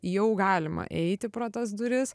jau galima eiti pro tas duris